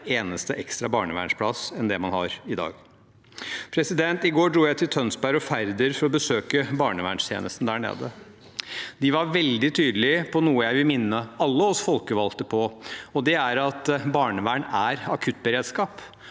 eneste ekstra barnevernsplass. I går dro jeg til Tønsberg og Færder for å besøke barnevernstjenesten der. De var veldig tydelig på noe jeg vil minne oss folkevalgte på, og det er at barnevern er akuttberedskap.